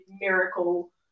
miracle